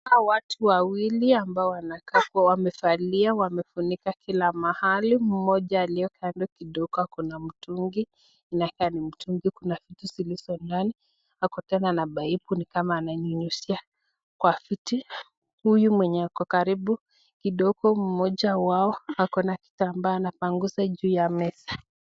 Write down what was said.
Hawa ni watu ambao wanakaa hapo wanavalia, wamefunika kila mahali, mmoja aliyo kando kidogoa ako na mtungi inakaa ni mtungi ,kwa mtungi kuna vitu zilizo ndani, alafu tena ana pipe ananyunyuzia kwa vitu. huyu mwenye yuko karibu kidogo mmoja wao akona kitamba anapanguza juu ya meza.